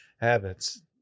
habits